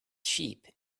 sheep